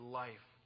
life